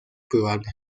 probable